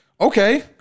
okay